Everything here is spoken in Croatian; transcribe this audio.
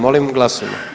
Molim glasujmo.